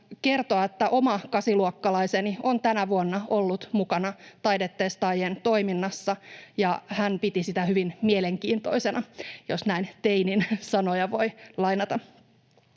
että oma kasiluokkalaiseni on tänä vuonna ollut mukana Taidetestaajien toiminnassa ja hän piti sitä hyvin mielenkiintoisena — jos näin teinin sanoja voi lainata.